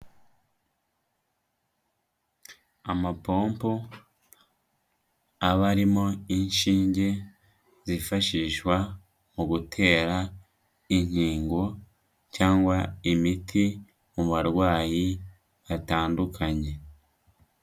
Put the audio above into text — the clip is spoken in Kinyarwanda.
Amapompo aba aririmo inshinge zifashishwa mu gutera inkingo, cyangwa imiti mu barwayi batandukanye.